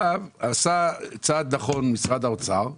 עכשיו, עשה צעד נכון משרד האוצר ואמר: